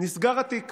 נסגר התיק